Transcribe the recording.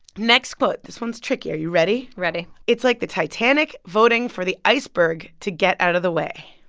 next quote this one's tricky. are you ready? ready it's like the titanic voting for the iceberg to get out of the way.